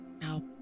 Now